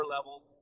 level